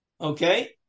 okay